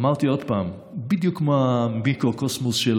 אמרתי, עוד פעם, בדיוק כמו המיקרוקוסמוס של